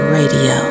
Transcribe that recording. radio